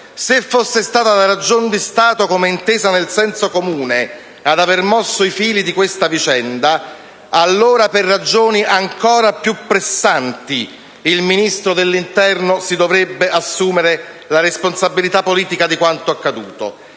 se fosse stata la ragion di Stato intesa nel senso comune ad aver mosso i fili di questa vicenda, allora per ragioni ancora più pressanti il Ministro dell'interno si dovrebbe assumere la responsabilità politica di quanto accaduto;